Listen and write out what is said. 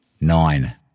Nine